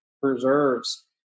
preserves